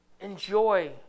Enjoy